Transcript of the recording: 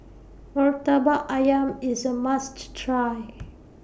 Murtabak Ayam IS A must Try